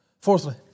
Fourthly